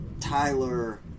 Tyler